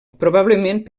probablement